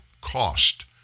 cost